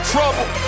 Trouble